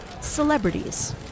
celebrities